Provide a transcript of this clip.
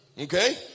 Okay